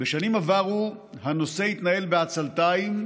בשנים עברו הנושא התנהל בעצלתיים,